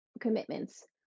commitments